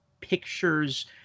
pictures